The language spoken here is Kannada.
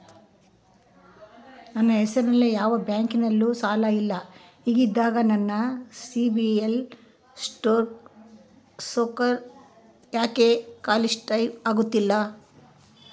ನನ್ನ ಹೆಸರಲ್ಲಿ ಯಾವ ಬ್ಯಾಂಕಿನಲ್ಲೂ ಸಾಲ ಇಲ್ಲ ಹಿಂಗಿದ್ದಾಗ ನನ್ನ ಸಿಬಿಲ್ ಸ್ಕೋರ್ ಯಾಕೆ ಕ್ವಾಲಿಫೈ ಆಗುತ್ತಿಲ್ಲ?